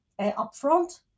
upfront